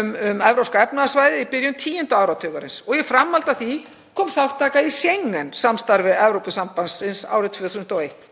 um Evrópska efnahagssvæðið í byrjun tíunda áratugarins. Í framhaldi af því kom þátttaka í Schengen-samstarfi Evrópusambandsins árið 2001.